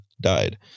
died